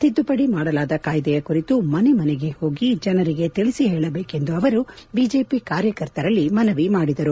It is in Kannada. ತಿದ್ದುಪಡಿ ಮಾಡಲಾದ ಕಾಯ್ದೆಯ ಕುರಿತು ಮನೆ ಮನೆಗೆ ಹೋಗಿ ಜನರಿಗೆ ತಿಳಿಸಿ ಹೇಳಬೇಕೆಂದು ಅವರು ಬಿಜೆಪಿ ಕಾರ್ಯಕರ್ತರಲ್ಲಿ ಮನವಿ ಮಾಡಿದರು